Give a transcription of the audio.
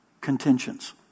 contentions